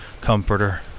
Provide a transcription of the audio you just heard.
comforter